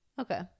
okay